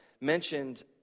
mentioned